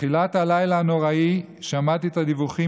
בתחילת הלילה הנוראי שמעתי את הדיווחים